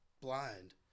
blind